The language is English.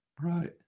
Right